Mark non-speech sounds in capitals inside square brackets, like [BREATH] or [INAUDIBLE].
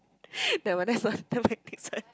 [BREATH] there were that's one